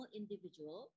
individual